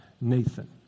Nathan